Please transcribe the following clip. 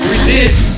resist